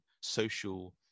social